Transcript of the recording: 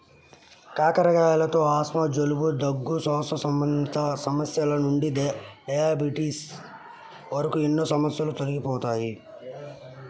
కాకరకాయలతో ఆస్తమా, జలుబు, దగ్గు, శ్వాస సంబంధిత సమస్యల నుండి డయాబెటిస్ వరకు ఎన్నో సమస్యలు తొలగిపోతాయి